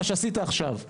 מה שעשית עכשיו כהכללה,